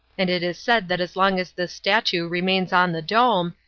and it is said that as long as this statue remains on the dome,